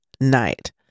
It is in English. night